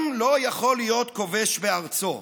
עם לא יכול להיות כובש בארצו,